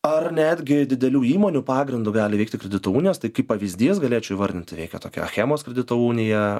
ar netgi didelių įmonių pagrindu gali veikti kredito unijos tai kaip pavyzdys galėčiau įvardinti veikia tokia achemos kredito unija